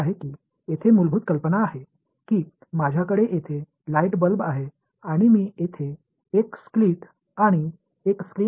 எனவே நான் இங்கே விளக்கை வைத்திருக்கிறேன் என்று நினைக்கிறேன் நான் இங்கே ஒரு பிளவு மற்றும் ஒரு திரையை வைத்தேன்